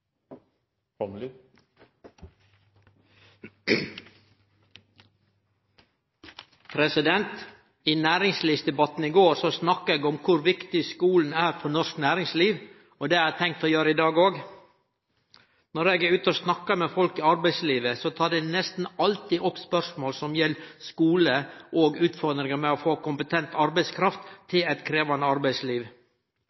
på. I næringslivsdebatten i går snakka eg om kor viktig skulen er for norsk næringsliv. Det har eg tenkt å gjere i dag òg. Når eg er ute og snakkar med folk i arbeidslivet, tek dei nesten alltid opp spørsmål som gjeld skule, og utfordringar med å få kompetent arbeidskraft